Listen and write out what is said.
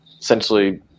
essentially